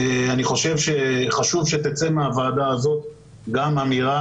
אני חושב שחשוב שתצא מהוועדה הזאת גם אמירה